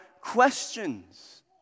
questions